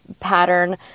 pattern